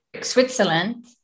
Switzerland